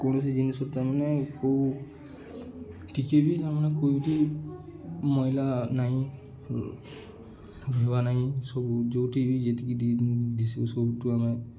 କୌଣସି ଜିନଷ ମାନେ କେଉଁ ଟିକେ ବି ତାମାନେ କେଉଁଠି ମଇଳା ନାହିଁ ଭବା ନାହିଁ ସବୁ ଯେଉଁଠି ବି ଯେତିକିି ସବୁଠୁ ଆମେ